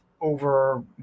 over